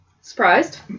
Surprised